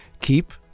keep